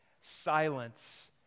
silence